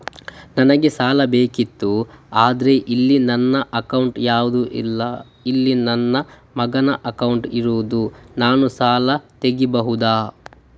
ನನಗೆ ಸಾಲ ಬೇಕಿತ್ತು ಆದ್ರೆ ಇಲ್ಲಿ ನನ್ನ ಅಕೌಂಟ್ ಯಾವುದು ಇಲ್ಲ, ನನ್ನ ಮಗನ ಅಕೌಂಟ್ ಇರುದು, ನಾನು ಸಾಲ ತೆಗಿಬಹುದಾ?